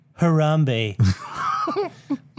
Harambe